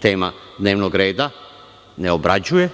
tema dnevnog reda ne obrađuje,